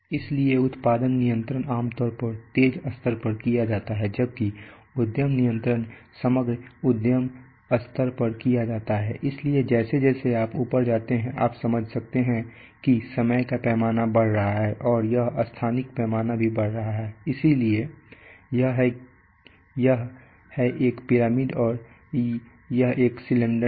इसलिए उत्पादन नियंत्रण आम तौर पर तेज स्तर पर किया जाता है जबकि उद्यम नियंत्रण समग्र उद्यम स्तर पर किया जाता है इसलिए जैसे जैसे आप ऊपर जाते हैं आप समझ सकते हैं कि समय का पैमाना बढ़ रहा है और यह स्थानिक पैमाना भी बढ़ रहा है इसीलिए यह एक पिरामिड है और एक सिलेंडर नहीं